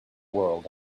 world